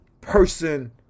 person